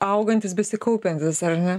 augantis besikaupiantis ar ne